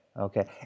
Okay